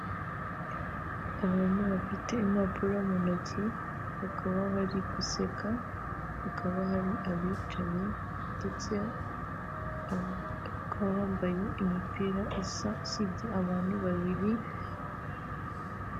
Abantu bafite impapuro mu ntoki, bakaba bari guseka, bakaba hari abicaye ndetse bakaba bambaye imipira isa usibye abantu babiri.